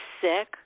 sick